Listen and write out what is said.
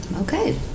Okay